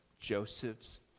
joseph's